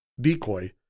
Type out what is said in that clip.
decoy